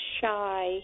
shy